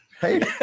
Hey